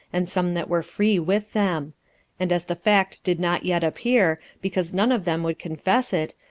and some that were free with them and as the fact did not yet appear, because none of them would confess it,